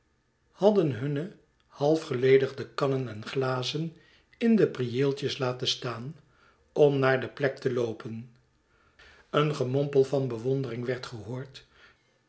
hadden hunne half geledigde kannen en glazen in de prieeltjes laten staan om naar de plek te loopen een gernompel van bewondering werd gehoord